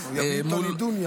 הוא יביא את הנדוניה,